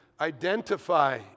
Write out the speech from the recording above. identify